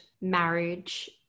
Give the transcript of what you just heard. marriage